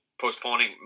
postponing